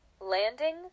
landing